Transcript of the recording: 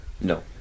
No